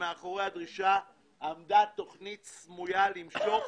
מאחורי הדרישה עמדה תכנית סמויה למשוך